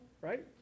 right